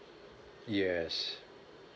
yes